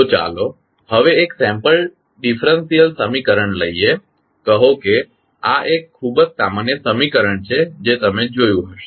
તો ચાલો હવે એક સેમ્પલ ડિફરેંશિયલ સમીકરણ લઇએ કહો કે આ એક ખૂબ જ સામાન્ય સમીકરણ છે જે તમે જોયું હશે